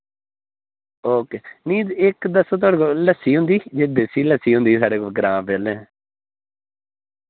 okay निं इक दस्सो थोआड़े कोल लस्सी होंदी जेह्ड़ी देसी लस्सी होंदी ऐ साढ़े ग्रां पैह्लै